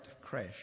crash